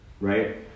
Right